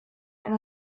ein